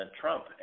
Trump